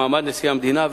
במעמד נשיא המדינה,